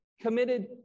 committed